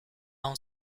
own